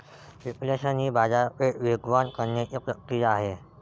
reflation ही बाजारपेठ वेगवान करण्याची प्रक्रिया आहे